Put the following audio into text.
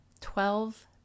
Twelve